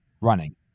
running